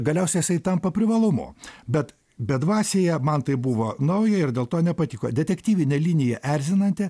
galiausiai jisai tampa privalumu bet bedvasyje man tai buvo nauja ir dėl to nepatiko detektyvinė linija erzinanti